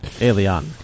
alien